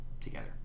together